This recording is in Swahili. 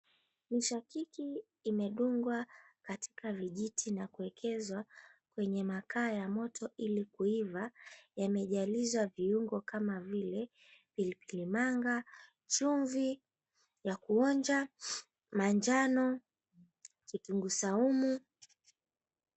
Mshakiki imedungwa katika vijiti na kuekezwa kwenye makaa ya moto ili kuiva, yamejalizwa viungo kama vile pilpilli manga, chumvi ya kuonja, manjano, kitunguu saumu.